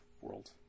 World